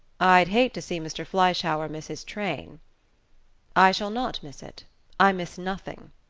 i'd hate to see mr. fleischhauer miss his train i shall not miss it i miss nothing,